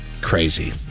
Crazy